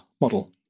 model